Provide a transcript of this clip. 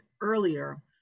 earlier